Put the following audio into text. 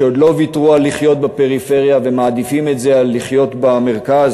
שעוד לא ויתרו על לחיות בפריפריה ומעדיפים את זה על לחיות במרכז?